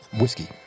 whiskey